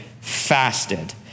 fasted